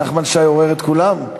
נחמן שי עורר את כולם?